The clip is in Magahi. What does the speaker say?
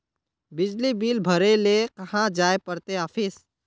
बिजली बिल भरे ले कहाँ जाय पड़ते ऑफिस?